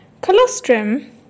Colostrum